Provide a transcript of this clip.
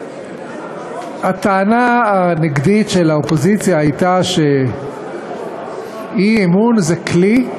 הטענה הנגדית של האופוזיציה הייתה שאי-אמון זה כלי,